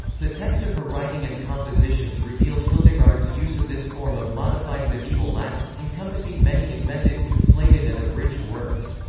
the text of her writing and compositions reveals hildegard's use of this form of modified medieval latin, encompassing many invented, conflated and abridged words.